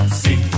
see